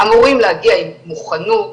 אמורים להגיע עם מוכנות,